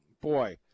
boy